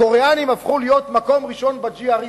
הקוריאנים הפכו להיות מקום ראשון ב-GRE,